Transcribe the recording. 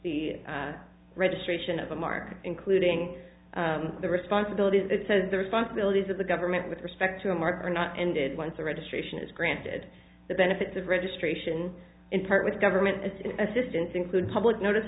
the registration of the market including the responsibilities it says the responsibilities of the government with respect to a mark are not ended once the registration is granted the benefits of registration in part with government and assistance include public notice